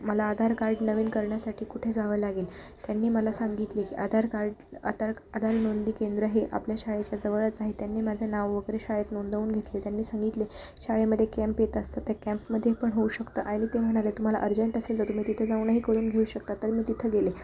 मला आधार कार्ड नवीन करण्यासाठी कुठे जावं लागेल त्यांनी मला सांगितले की आधार कार्ड आतार आधार नोंदी केंद्र हे आपल्या शाळेच्या जवळच आहे त्यांनी माझं नाव वगैरे शाळेत नोंदवून घेतले त्यांनी सांगितले शाळेमध्येे कॅम्प येत असतात त्या कॅम्पमध्येे पण होऊ शकते आणि ते म्हणाले तुम्हाला अर्जंट असेल तर तुम्ही तिथे जाऊनही करून घेऊ शकता तर मी तिथे गेले